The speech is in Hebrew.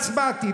הצבעתי,